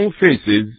faces